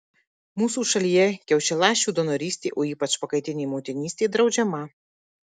mūsų šalyje kiaušialąsčių donorystė o ypač pakaitinė motinystė draudžiama